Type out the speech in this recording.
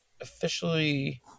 officially